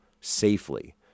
safely